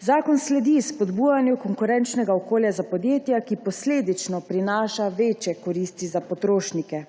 Zakon sledi spodbujanju konkurenčnega okolja za podjetja, ki posledično prinaša večje koristi za potrošnike.